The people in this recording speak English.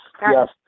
Yes